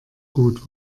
gut